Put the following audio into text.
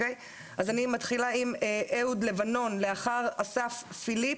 אני מתחילה עם אהוד לבנון, לאחר מכן אסף פיליפ